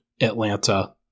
Atlanta